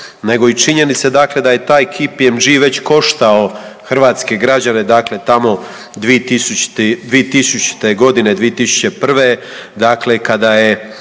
nego i činjenica dakle da je taj KPMG već koštao hrvatske građane dakle tamo 2000. godine, 2001. dakle